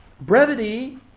brevity